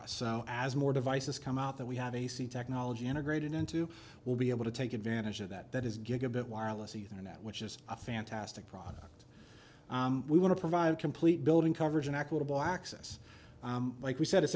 us as more devices come out that we have ac technology integrated into we'll be able to take advantage of that that is gigabit wireless ethernet which is a fantastic product we want to provide complete building coverage and equitable access like we said it's